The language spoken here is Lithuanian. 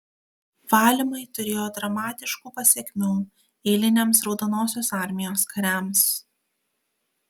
valymai turėjo dramatiškų pasekmių eiliniams raudonosios armijos kariams